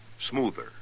Smoother